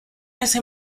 ese